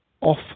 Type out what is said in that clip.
off